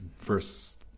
first